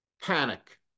panic